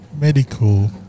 medical